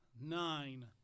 nine